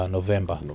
November